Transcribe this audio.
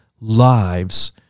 lives